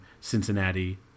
Cincinnati